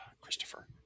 Christopher